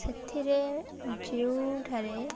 ସେଥିରେ ଯେଉଁଠାରେ